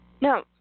No